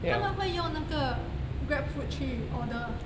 他们会用那个 Grab food 去 order ah